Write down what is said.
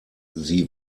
sie